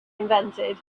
invented